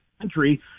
country